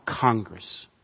Congress